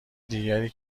دیگری